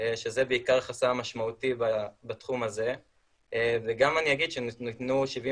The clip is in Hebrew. שזה בעיקר חסם משמעותי בתחום הזה וגם אני אגיד שניתנו 75